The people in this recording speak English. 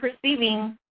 perceiving